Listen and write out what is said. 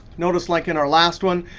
notice, like in our last one,